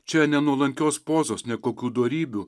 čia ne nuolankios pozos ne kokių dorybių